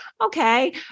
okay